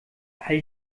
all